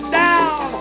down